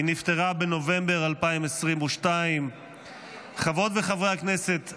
היא נפטרה בנובמבר 2022. חברות וחברי הכנסת,